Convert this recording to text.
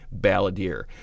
balladeer